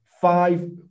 Five